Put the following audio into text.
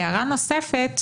הערה נוספת: